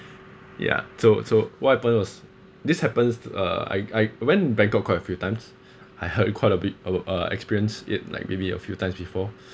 yeah so so what happened was this happens to uh I I went bangkok quite a few times I heard it quite a bit about uh experience it like maybe a few times before